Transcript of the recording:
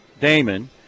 Damon